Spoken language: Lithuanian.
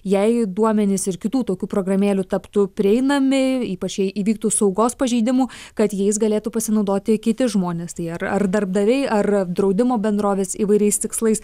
jei duomenys ir kitų tokių programėlių taptų prieinami ypač jei įvyktų saugos pažeidimų kad jais galėtų pasinaudoti kiti žmonės tai ar ar darbdaviai ar draudimo bendrovės įvairiais tikslais